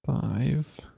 Five